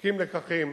מופקים לקחים.